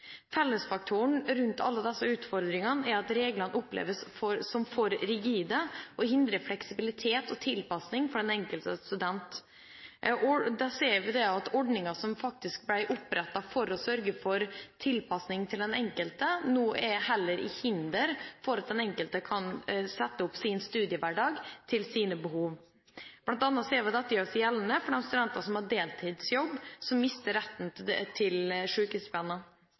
Fellesfaktoren rundt alle disse utfordringene er at reglene oppfattes som for rigide og hindrer fleksibilitet og tilpasning for den enkelte student. Vi ser at ordningen som faktisk ble opprettet for å sørge for tilpasning til den enkelte, nå heller er til hinder for at den enkelte kan innrette sin studiehverdag etter sine behov. Blant annet ser vi at dette gjør seg gjeldende for de studentene som har deltidsjobb, som mister retten til